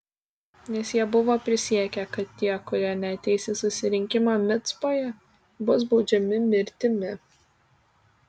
nes jie buvo prisiekę kad tie kurie neateis į susirinkimą micpoje bus baudžiami mirtimi